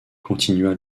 continua